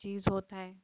झीज होत आहे